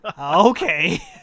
Okay